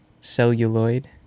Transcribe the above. celluloid